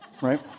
Right